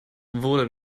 wurde